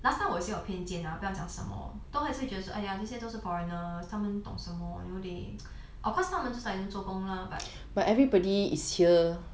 last time 我是有偏见啦不要讲什么都还是会觉得说 !aiya! 这些都是 foreigner 他们懂什么 you know they of course 他们就是来这边做工啦